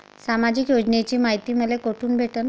सामाजिक योजनेची मायती मले कोठून भेटनं?